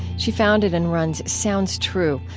she founded and runs sounds true,